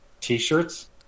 T-shirts